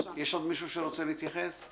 האם עוד מישהו רוצה להתייחס?